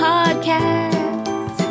Podcast